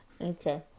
Okay